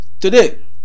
Today